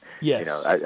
Yes